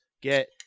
get